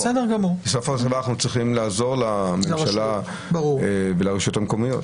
בסופו של דבר אנחנו צריכים לעזור לממשלה ולרשויות המקומיות.